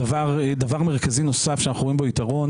דבר מרכזי נוסף שאנחנו רואים בו יתרון